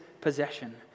possession